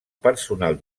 personal